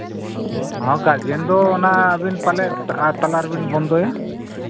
ᱦᱚᱸ ᱜᱟᱨᱡᱮᱱ ᱫᱚ ᱚᱱᱟ ᱟᱹᱵᱤᱱ ᱯᱟᱞᱮᱫ ᱛᱟᱞᱟ ᱨᱮᱵᱤᱱ ᱵᱚᱱᱫᱚᱭᱟ